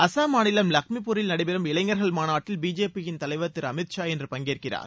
அசாம் மாநிலம் லக்மிபூரில் நடைபெறும் இளைஞர்கள் மாநாட்டில் பிஜேபியின் தலைவர் திரு அமித் ஷா இன்று பங்கேற்கிறார்